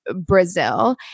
Brazil